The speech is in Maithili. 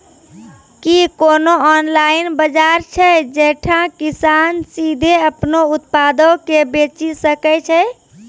कि कोनो ऑनलाइन बजार छै जैठां किसान सीधे अपनो उत्पादो के बेची सकै छै?